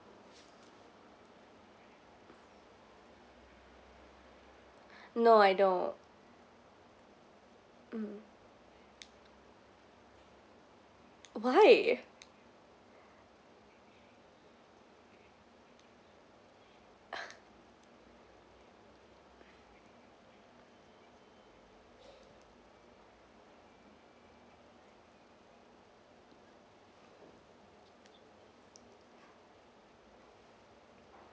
no I don't mm why